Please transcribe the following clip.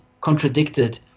contradicted